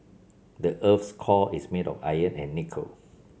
the earth's core is made of iron and nickel